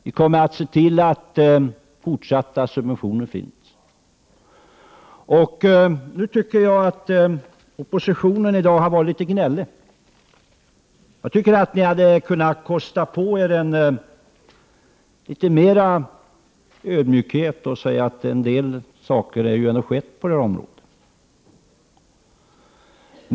Vi kommer att se till att det i fortsättningen finns subventioner. Jag tycker att oppositionen i dag har varit litet gnällig. Jag tycker att ni hade kunnat kosta på er litet mer ödmjukhet och medge att en del saker ändå har skett på det här området.